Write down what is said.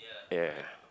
ya